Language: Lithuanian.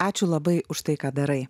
ačiū labai už tai ką darai